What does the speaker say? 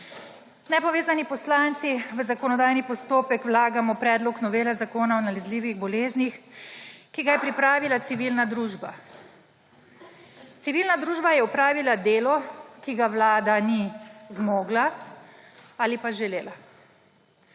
Nepovezani poslanci v zakonodajni postopek vlagamo predlog novele Zakona o nalezljivih boleznih, ki ga je pripravila civilna družba. Civilna družba je opravila delo, ki ga Vlada ni zmogla ali pa želela.